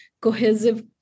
cohesive